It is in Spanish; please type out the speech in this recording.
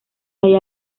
halla